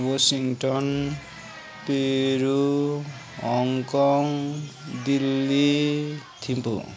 Washington Peru Hong Kong Delhi Thimphu